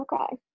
Okay